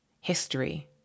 history